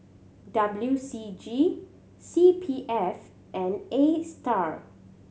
W C G C P F and Astar